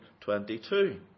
22